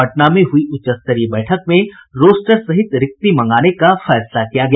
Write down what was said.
पटना में हुई उच्चस्तरीय बैठक में रोस्टर सहित रिक्ति मंगाने का फैसला किया गया